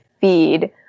feed